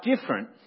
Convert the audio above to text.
different